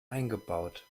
eingebaut